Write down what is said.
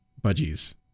budgies